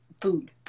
food